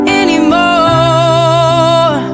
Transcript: anymore